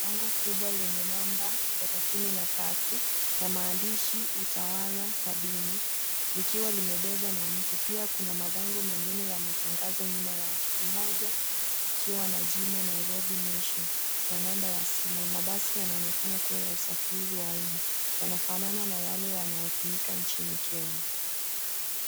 Bango kubwa lenye namba thelethini na tatu na maandishi, Utawala sabini, likiwa limebebwa na mtu. Pia kuna mabango mengine ya matangazo nyuma yake. Moja ikiwa na jina Nairobi Nation na namba ya simu. Mabasi yanaonekana kuwa ya usafiri wa umma. Yanafanana na yale yanayotumika nchini Kenya.